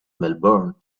melbourne